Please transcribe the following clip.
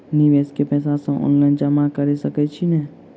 निवेश केँ पैसा मे ऑनलाइन जमा कैर सकै छी नै?